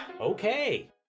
Okay